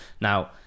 now